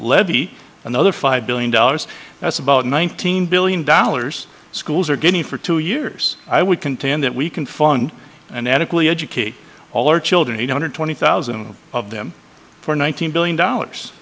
levy another five billion dollars that's about nineteen billion dollars schools are getting for two years i would contend that we can fund and adequately educate all our children eight hundred twenty thousand of them for nineteen billion dollars